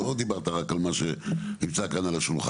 לא רק דיברת על כל מה שהוצע כאן על השולחן.